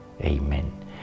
Amen